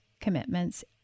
commitments